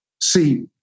See